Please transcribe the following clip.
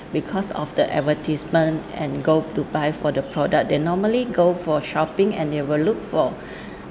because of the advertisement and go to buy for the product they normally go for shopping and they will look for